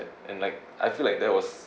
and like I feel like that was